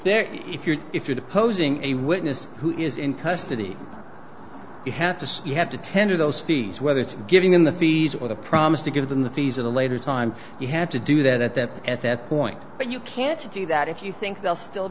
there if you're if you're the posing a witness who is in custody you have to see you have to tender those fees whether it's giving them the fees or the promise to give them the fees at a later time you have to do that at that point but you can't to do that if you think they'll still